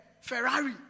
Ferrari